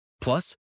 Plus